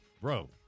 bro